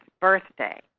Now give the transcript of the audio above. birthday